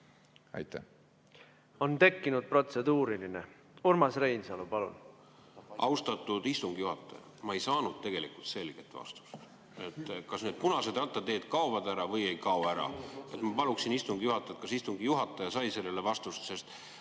palun! On tekkinud protseduuriline küsimus. Urmas Reinsalu, palun! Austatud istungi juhataja! Ma ei saanud tegelikult selget vastust, kas need punased rattateed kaovad ära või ei kao. Ma paluksin istungi juhatajalt vastust, kas istungi juhataja sai sellele vastuse.